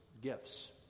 gifts